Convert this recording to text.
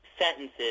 sentences